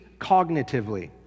cognitively